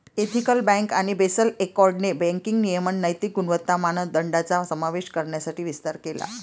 ethical bank आणि Basel एकॉर्डने banking नियमन नैतिक गुणवत्ता मानदंडांचा समावेश करण्यासाठी विस्तार केला